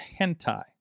hentai